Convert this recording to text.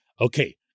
Okay